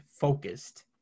focused